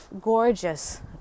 gorgeous